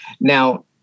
Now